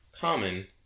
common